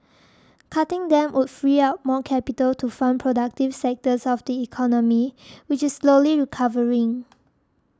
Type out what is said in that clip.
cutting them would free up more capital to fund productive sectors of the economy which is slowly recovering